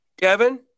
Kevin